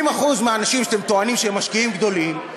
70% מהאנשים שאתם טוענים שהם משקיעים גדולים,